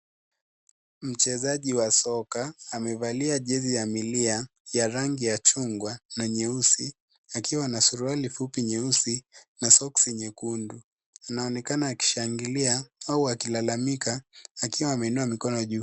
Mchezaji wa soka amevalia jezi ya milia ya rangi ya chungwa na nyeusi, akiwa na suruali fupi nyeusi na soksi nyekundu. Na anaonekana akishangilia au akilalamika akiwa ameinua mikono juu.